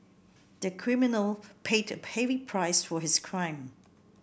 the criminal paid a heavy price for his crime